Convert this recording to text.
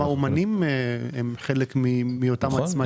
הרי גם האמנים הם חלק מאותם עצמאיים.